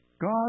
God